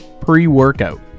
pre-workout